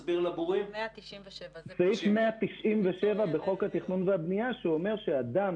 סעיף 197 בחוק התכנון והבנייה אומר שאדם